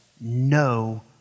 no